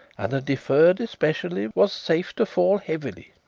and the deferred especially, was safe to fall heavily,